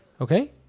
Okay